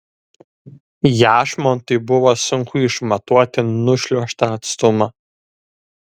jašmontui buvo sunku išmatuoti nušliuožtą atstumą